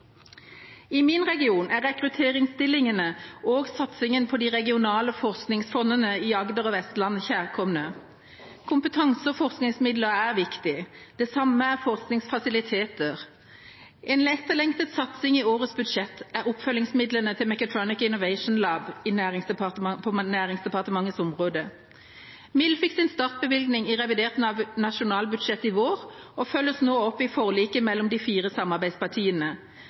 I min region er rekrutteringsstillingene og satsingen på de regionale forskningsfondene i Agder og på Vestlandet kjærkomne. Kompetanse og forskningsmidler er viktig. Det samme er forskningsfasiliteter. En etterlengtet satsing i årets budsjett er oppfølgingsmidlene til Mechatronic Innovation Lab, MIL, på Næringsdepartementets område. MIL fikk sin startbevilgning i revidert nasjonalbudsjett i vår og følges nå opp i forliket mellom de fire samarbeidspartiene.